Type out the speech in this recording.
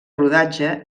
rodatge